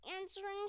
answering